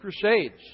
crusades